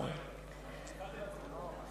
אני מצטער.